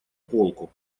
полку